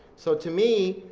so to me,